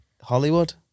hollywood